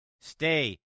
Stay